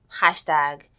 hashtag